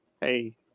hey